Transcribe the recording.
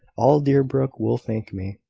all deerbrook will thank me.